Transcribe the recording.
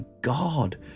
god